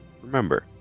Remember